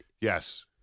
Yes